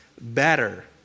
better